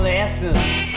Lessons